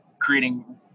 creating